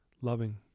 loving